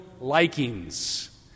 likings